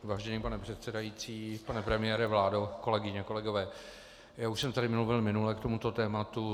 Vážený pane předsedající, pane premiére, vládo, kolegyně, kolegové, už jsem tady mluvil minule k tomuto tématu.